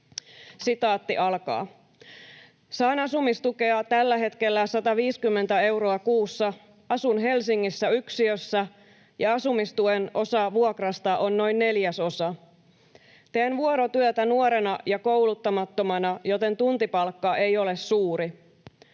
lukemista. ”Saan asumistukea tällä hetkellä 150 euroa kuussa. Asun Helsingissä yksiössä, ja asumistuen osa vuokrasta on noin neljäsosa. Teen vuorotyötä nuorena ja kouluttamattomana, joten tuntipalkka ei ole suuri.